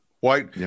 white